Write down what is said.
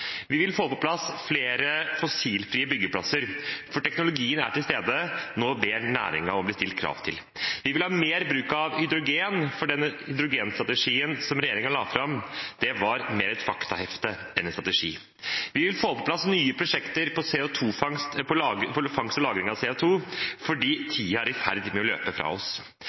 Vi vil få på plass flere fossilfrie byggeplasser, for teknologien er til stede, og nå ber næringen om å bli stilt krav til. Vi vil ha mer bruk av hydrogen, for hydrogenstrategien regjeringen la fram, var mer et faktahefte enn en strategi. Vi vil få på plass nye prosjekter for fangst og lagring av CO 2 fordi tiden er i ferd med å løpe fra oss.